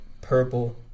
purple